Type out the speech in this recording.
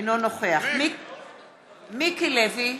אינו נוכח מיקי לוי,